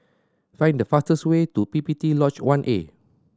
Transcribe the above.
find the fastest way to P P T Lodge One A